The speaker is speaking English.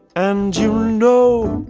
and you know,